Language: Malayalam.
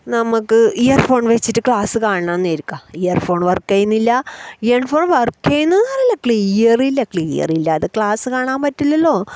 നമുക്ക് ഇയർഫോൺ വെച്ചിട്ട് ക്ലാസ് കാണാം ഇന്നിരിക്കുക ഇയർഫോൺ വർക്ക് ചെയ്യുന്നില്ല ഇയർഫോൺ വർക്ക് ചെയ്യുന്നു എന്നല്ല ക്ലിയർ ഇല്ല ക്ലിയർ ഇല്ലാതെ ക്ലാസ് കാണാൻ പറ്റില്ലല്ലോ